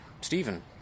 Stephen